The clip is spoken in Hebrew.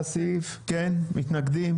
1. מי נגד?